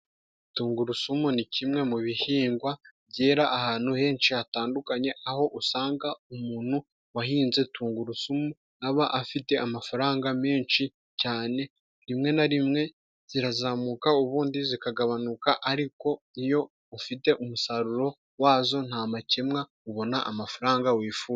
Tungurusumu ni kimwe mu bihingwa byera ahantu henshi hatandukanye, aho usanga umuntu wahinze tungurusumu aba afite amafaranga menshi cyane. Rimwe na rimwe zirazamuka ubundi zikagabanuka, ariko iyo ufite umusaruro wazo nta makemwa ubona amafaranga wifuza.